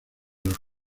los